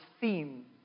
theme